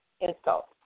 insult